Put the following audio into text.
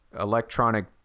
electronic